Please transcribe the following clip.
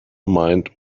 mind